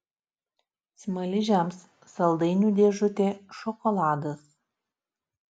smaližiams saldainių dėžutė šokoladas